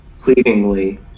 Pleadingly